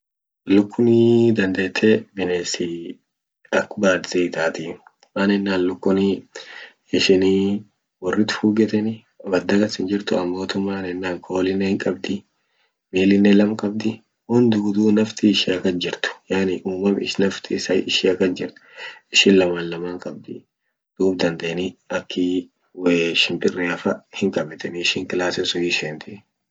Lukunii dandete binesii ak bati hiitatii. man yenan lukuni ishinii worrit fugetani bad'a kas hinjirtu amotu man yenan qolinen hinqabdii milinen lam qabdi won tuutu nafti ishia kas jirt yani umam nafti ishia kas jirt ishin laman laman qabdii duub dandani aki shimpereafa hinqabetanii ishin klasi sun hiishenti.